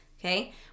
Okay